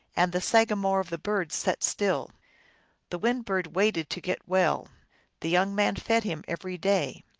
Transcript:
and the sagamore of the birds sat still the wind bird waited to get well the young man fed him every day.